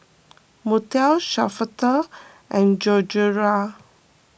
Montel Shafter and Gregoria